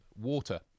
Water